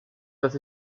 dass